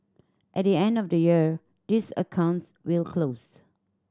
at the end of the year these accounts will close